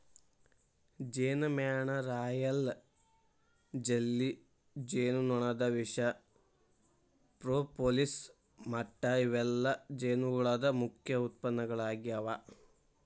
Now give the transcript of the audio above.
ಜೇನಮ್ಯಾಣ, royal jelly, ಜೇನುನೊಣದ ವಿಷ, propolis ಮಟ್ಟ ಇವೆಲ್ಲ ಜೇನುಹುಳದ ಮುಖ್ಯ ಉತ್ಪನ್ನಗಳಾಗ್ಯಾವ